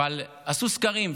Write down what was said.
אבל עשו סקרים,